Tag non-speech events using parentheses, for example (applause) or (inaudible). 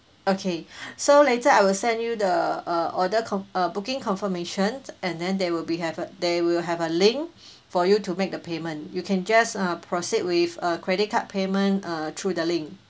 okay (breath) so later I will send you the uh order com~ uh booking confirmation and then there will be have a there will have a link (breath) for you to make the payment you can just uh proceed with uh credit card payment uh through the link